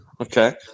Okay